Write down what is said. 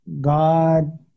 God